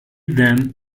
then